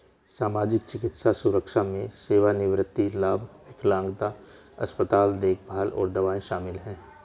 सामाजिक, चिकित्सा सुरक्षा में सेवानिवृत्ति लाभ, विकलांगता, अस्पताल देखभाल और दवाएं शामिल हैं